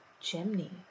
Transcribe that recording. chimney